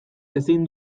ezin